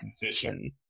position